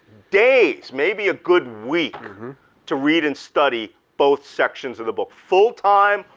days. maybe a good week to read and study both sections of the book, full time,